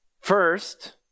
First